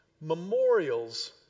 Memorials